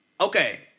okay